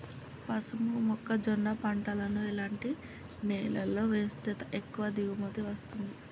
పసుపు మొక్క జొన్న పంటలను ఎలాంటి నేలలో వేస్తే ఎక్కువ దిగుమతి వస్తుంది?